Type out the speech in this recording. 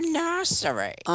nursery